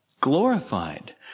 glorified